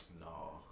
No